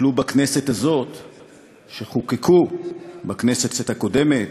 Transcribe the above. שחוקקו בכנסת הקודמת,